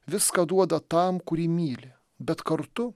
viską duoda tam kurį myli bet kartu